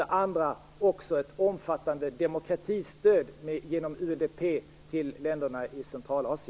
Det andra beslutet innebär ett omfattande demokratistöd genom UNDP till länderna i